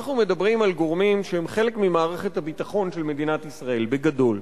אנחנו מדברים על גורמים שהם חלק ממערכת הביטחון של מדינת ישראל בגדול,